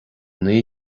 naoi